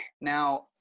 Now